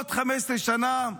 בעוד 15 שנה?